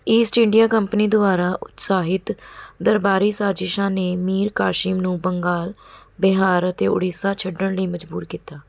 East India Company ਦੁਆਰਾ ਉਤਸਾਹਿਤ ਦਰਬਾਰੀ ਸਾਜ਼ਿਸ਼ਾਂ ਨੇ ਮੀਰ ਕਾਸਿਮ ਨੂੰ ਬੰਗਾਲ ਬਿਹਾਰ ਅਤੇ ਉੜੀਸਾ ਛੱਡਣ ਲਈ ਮਜਬੂਰ ਕੀਤਾ